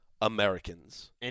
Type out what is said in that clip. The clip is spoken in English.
Americans